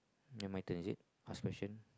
ya my turn is it ask question